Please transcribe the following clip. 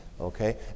okay